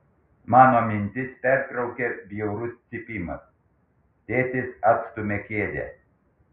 mano mintis pertraukia bjaurus cypimas tėtis atstumia kėdę